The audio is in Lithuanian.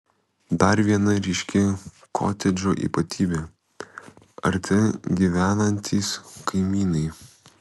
dar viena ryški kotedžo ypatybė arti gyvenantys kaimynai